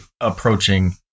approaching